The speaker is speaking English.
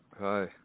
Hi